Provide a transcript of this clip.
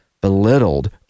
belittled